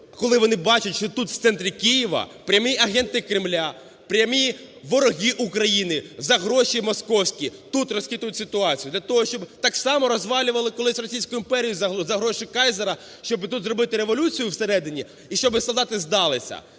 коли вони бачать, що тут в центрі Києва прямі агенти Кремля, прямі вороги України за гроші московські тут розхитують ситуацію для того, щоб... Так само розвалювали колись Російську Імперію за гроші Кайзера, щоби тут зробити революцію всередині і щоби солдати здалися.